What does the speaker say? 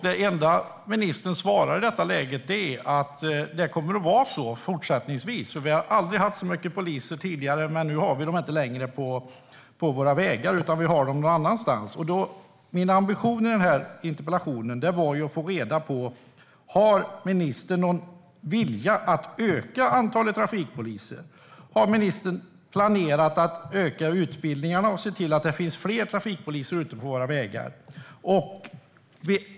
Det enda ministern svarar är att det kommer att fortsätta att vara så. Vi har aldrig haft så många poliser tidigare, men vi har dem inte på vägarna längre utan någon annanstans. Min ambition med interpellationen var att få reda på om ministern har någon vilja att öka antalet trafikpoliser. Har ministern planerat att öka antalet utbildningar och se till att det blir fler trafikpoliser ute på våra vägar?